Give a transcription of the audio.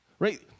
Right